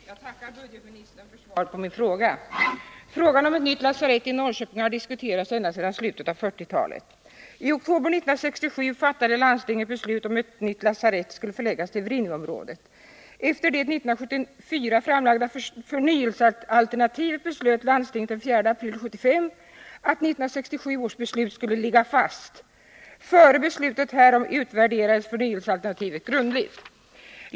Herr talman! Jag tackar budgetministern för svaret på min fråga. Frågan om ett nytt lasarett i Norrköping har diskuterats ända sedan slutet av 1940-talet. Den 1 oktober 1967 fattade landstinget beslut om att ett nytt lasarett skulle förläggas till Vrinneviområdet. Efter det 1974 framlagda förnyelsealternativet beslöt landstinget den 4 april 1975 att 1967 års beslut skulle ligga fast. Före beslutet härom utvärderades förnyelsealternativet grundligt.